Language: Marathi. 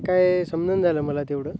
काय समजंना झालं मला तेवढं